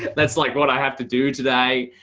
that's like what i have to do today.